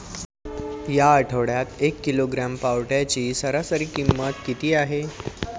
या आठवड्यात एक किलोग्रॅम पावट्याची सरासरी किंमत किती आहे?